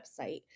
website